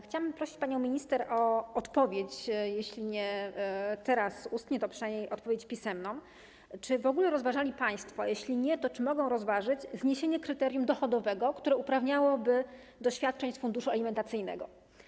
Chciałabym prosić panią minister o odpowiedź, jeśli nie teraz ustnie, to przynajmniej o odpowiedź pisemną, czy w ogóle rozważali państwo, a jeśli nie, to czy mogą rozważyć, zniesienie kryterium dochodowego, które uprawniałoby do świadczeń z funduszu alimentacyjnego.